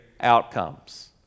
outcomes